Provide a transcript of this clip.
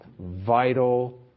vital